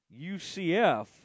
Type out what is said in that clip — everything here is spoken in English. UCF